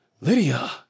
Lydia